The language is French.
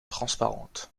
transparente